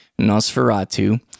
Nosferatu